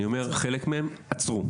אני אומר, חלק מהן עצרו.